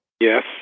Yes